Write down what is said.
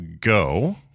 go